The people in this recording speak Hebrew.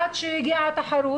עד שהגיעה התחרות,